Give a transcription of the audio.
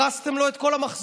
הרסתם לו את כל המחזור.